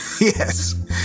Yes